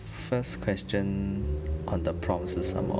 first question on the prompt 是什么